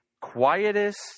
quietest